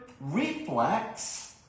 reflex